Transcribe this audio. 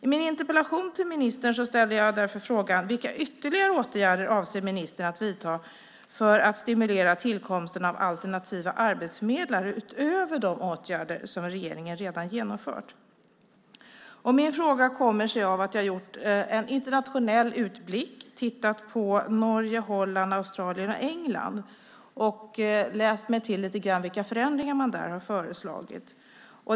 I min interpellation till ministern ställde jag därför frågan: Vilka ytterligare åtgärder avser ministern att vidta för att stimulera tillkomsten av alternativa arbetsförmedlare utöver de åtgärder som regeringen redan genomfört? Min fråga kommer sig av att jag har gjort en internationell utblick och tittat på förhållandena i Norge, Holland, Australien och England och läst mig till lite grann vilka förändringar man där har föreslagit.